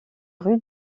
rue